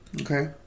okay